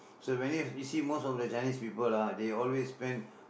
so when you you see most of the Chinese people ah they always spend